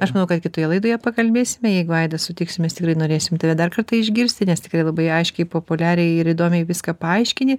aš manau kad kitoje laidoje pakalbėsime jeigu sutiksi mes tikrai norėsim tave dar kartą išgirsti nes tikrai labai aiškiai populiariai ir įdomiai viską paaiškini